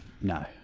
No